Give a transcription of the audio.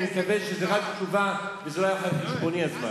אני מקווה שזה רק תשובה וזה לא יהיה על חשבון זמני.